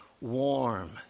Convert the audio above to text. warm